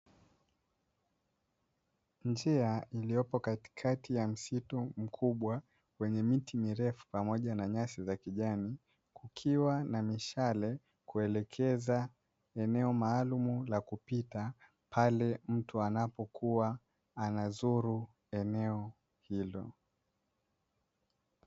Njia iliopo katikati ya msitu mkubwa wenye miti mirefu pamoja na nyasi za kijani, kukiwa na mishale kuelekeza eneo maalumu la kupita pale mtu anapokua anazuru eneo hilo.